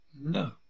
No